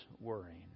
worrying